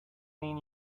mean